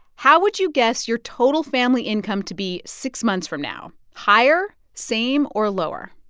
how would you guess your total family income to be six months from now higher, same or lower?